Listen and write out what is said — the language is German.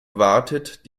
wartet